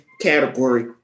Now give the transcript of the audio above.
category